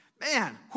Man